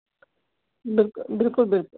बिल्कुल बिल्कुल